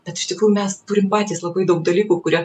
bet iš tikrųjų mes turim patys labai daug dalykų kurie